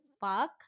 fuck